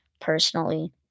personally